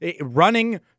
running